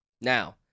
Now